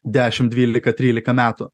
dešim dvylika trylika metų